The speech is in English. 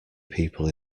people